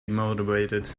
motivated